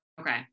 Okay